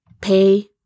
pay